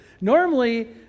normally